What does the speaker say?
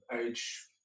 age